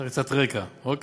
זה קצת רקע, אוקיי?